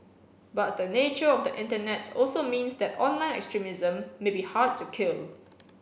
but the nature of the Internet also means that online extremism may be hard to kill